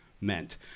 meant